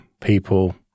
people